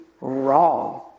wrong